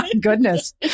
goodness